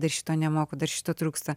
dar šito nemoku dar šito trūksta